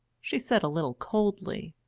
she said a little coldly.